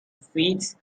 fists